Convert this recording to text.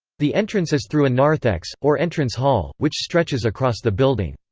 the entrance is through a narthex, or entrance hall, which stretches across the building.